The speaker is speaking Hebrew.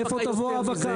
מאיפה תבוא ההאבקה?